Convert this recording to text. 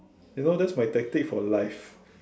you know that's my tactic for life